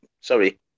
sorry